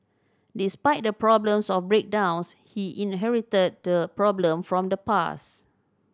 despite the problems of breakdowns he inherited the problem from the past